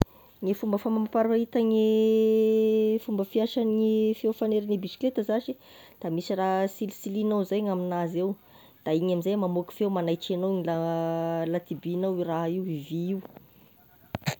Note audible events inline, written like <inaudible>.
Gne fomba famariparita gne <hesitation> fomba fiadagne feo fanairagne bisikileta zashy da misy raha silisilinao zay, gn'aminazy eo, da igny am'izay mamoaky feo manaitry anao, la <hesitation> tibihinao io raha io, io vy io.